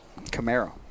Camaro